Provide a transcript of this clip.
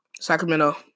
Sacramento